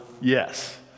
yes